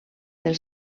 del